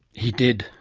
he did,